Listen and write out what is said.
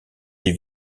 des